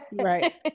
Right